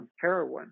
heroin